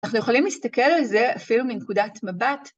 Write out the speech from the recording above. אנחנו יכולים להסתכל על זה אפילו מנקודת מבט,